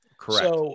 Correct